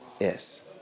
Yes